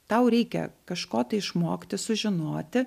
tau reikia kažko tai išmokti sužinoti